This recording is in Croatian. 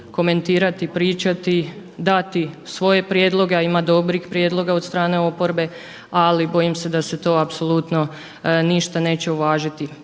komentirati, pričati, dati svoje prijedloge, a ima dobrih prijedloga od strane oporbe ali bojim se da se to apsolutno ništa neće uvažiti.